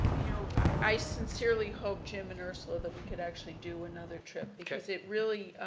you know i sincerely hope, jim and ursula, that we could actually do another trip because it really,